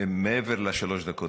מעבר לשלוש דקות,